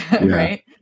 right